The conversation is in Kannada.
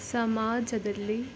ಸಮಾಜದಲ್ಲಿ